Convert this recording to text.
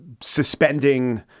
suspending